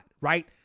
right